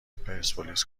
پرسپولیس